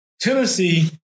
Tennessee